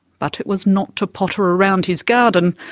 but it was not to potter around his garden,